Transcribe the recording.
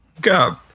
God